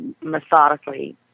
methodically